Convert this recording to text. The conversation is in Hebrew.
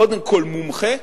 קודם כול מומחה,